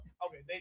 Okay